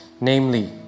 Namely